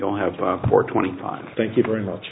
don't have time for twenty five thank you very much